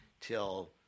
till